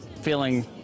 feeling